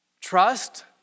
Trust